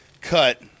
cut